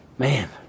Man